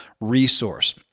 resource